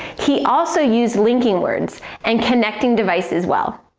he also used linking words and connecting devices well.